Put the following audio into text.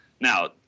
Now